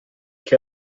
che